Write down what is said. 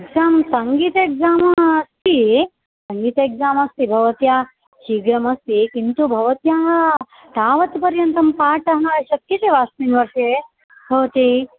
exam सङ्गीत exam अस्ति सङ्गीत एक्साम् अस्ति भवत्या शीघ्रमस्ति किन्तु भवत्याः तावत् पर्यन्तं पाठः शक्यते वा अस्मिन् वर्षे भवत्यै